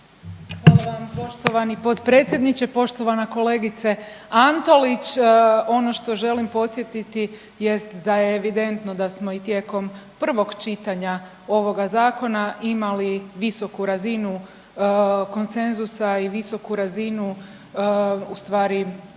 poštovani potpredsjedniče, poštovana kolegice Antolić. Ono što želim podsjetiti jest da je evidentno da smo i tijekom prvog čitanja ovoga Zakona imali visoku razinu konsenzusa i visoku razinu stvari